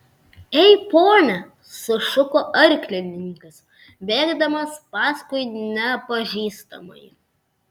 ei pone sušuko arklininkas bėgdamas paskui nepažįstamąjį